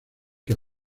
que